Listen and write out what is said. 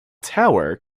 tower